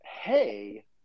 hey